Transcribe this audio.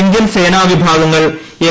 Indian സേനാ വിഭാഗങ്ങൾ N